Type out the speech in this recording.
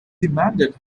demanded